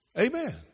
Amen